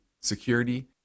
security